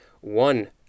One